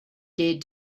dared